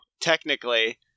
technically